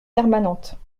permanentes